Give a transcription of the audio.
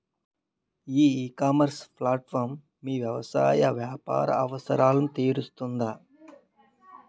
ఈ ecommerce platform మీ వ్యవసాయ వ్యాపార అవసరాలను తీరుస్తుందా?